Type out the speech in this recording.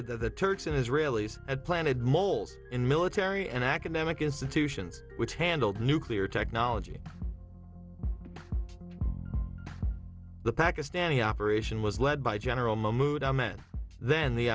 that the turks and israelis had planted moles in military and academic institutions which handled nuclear technology the pakistani operation was led by general mahmoud i met then the